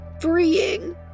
freeing